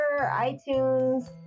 iTunes